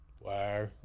Wow